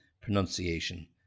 pronunciation